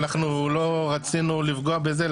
אנחנו לא רצינו לפגוע בזה,